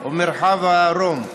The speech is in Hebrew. ומרחב הרום.